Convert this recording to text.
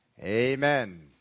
Amen